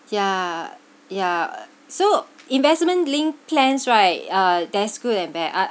ya ya so investment linked plans right uh there's good and bad ah